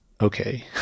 Okay